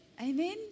Amen